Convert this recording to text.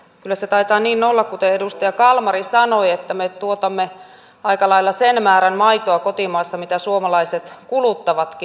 kyllä se taitaa niin olla kuten edustaja kalmari sanoi että me tuotamme kotimaassa aika lailla sen määrän maitoa mitä suomalaiset kuluttavatkin